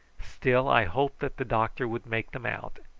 still i hoped that the doctor would make them out,